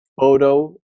photo